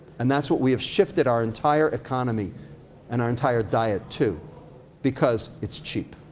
and that's what we have shifted our entire economy and our entire diet to because it's cheap.